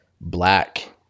Black